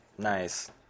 Nice